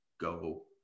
go